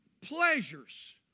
Pleasures